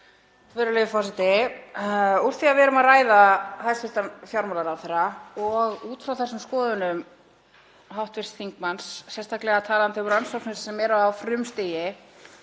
Virðulegi forseti. Úr því að við erum að ræða hæstv. fjármálaráðherra og út frá þessum skoðunum hv. þingmanns, sérstaklega talandi um rannsóknir sem eru á frumstigi